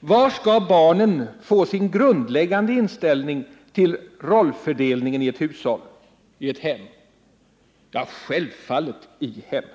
Var skall barnen få sin grundläggande inställning till rollfördelningen i ett hushåll, i ett hem? Självfallet i hemmet!